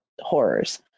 horrors